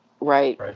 right